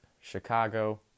Chicago